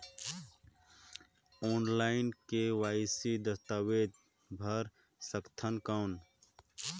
Online KYC दस्तावेज भर सकथन कौन?